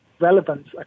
relevance